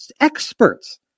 experts